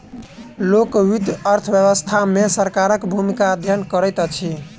लोक वित्त अर्थ व्यवस्था मे सरकारक भूमिकाक अध्ययन करैत अछि